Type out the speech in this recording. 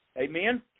Amen